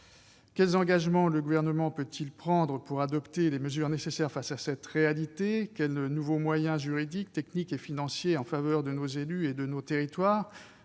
Quels engagements le Gouvernement peut-il prendre en vue d'adopter les mesures nécessaires pour faire face à cette réalité ? Quels nouveaux moyens juridiques, techniques et financiers en faveur de nos élus et de nos territoires